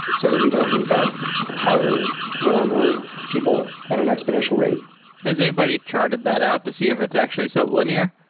so that we don't need to hire more and more people at an exponential rate has anybody charted that out to see if it's actually sub-linear?